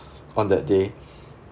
on that day